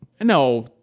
no